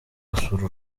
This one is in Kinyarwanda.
gusura